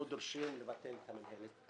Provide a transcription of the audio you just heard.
אנחנו דורשים לבטל את המינהלת.